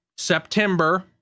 september